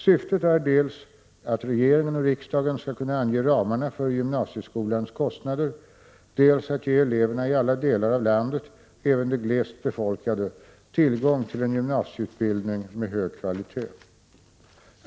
Syftet är dels att regeringen och riksdagen skall kunna ange ramarna för gymnasieskolans kostnader, dels att ge eleverna i alla delar av landet, även de glest befolkade, tillgång till gymnasieutbildning med hög kvalitet.